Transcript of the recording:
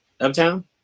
uptown